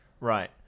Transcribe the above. Right